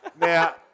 Now